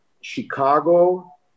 Chicago